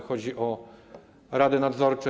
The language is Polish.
Chodzi o rady nadzorcze.